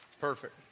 perfect